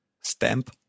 stamp